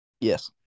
Yes